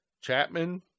Chapman